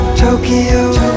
Tokyo